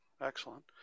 Excellent